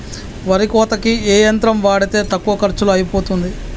వరి కోతకి ఏ యంత్రం వాడితే తక్కువ ఖర్చులో అయిపోతుంది?